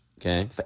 Okay